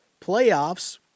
playoffs